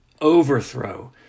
overthrow